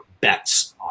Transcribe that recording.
bets